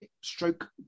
stroke